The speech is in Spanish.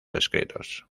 escritos